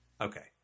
Okay